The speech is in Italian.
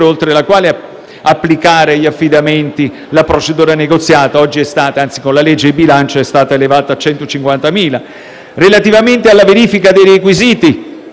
oltre la quale applicare agli affidamenti la procedura negoziata. Con la legge di bilancio è stata elevata a 150.000 euro. Relativamente alla verifica dei requisiti,